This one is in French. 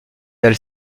elle